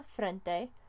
frente